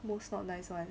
most not nice [one]